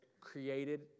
created